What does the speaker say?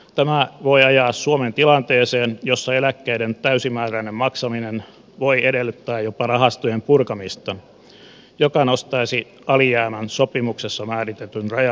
tämä voi ajaa suomen tilanteeseen jossa eläkkeiden täysimääräinen maksaminen voi edellyttää jopa rahastojen purkamista mikä nostaisi alijäämän sopimuksessa määritetyn rajan yli